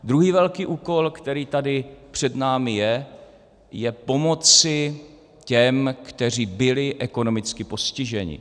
Druhý velký úkol, který tady před námi je, je pomoci těm, kteří byli ekonomicky postiženi.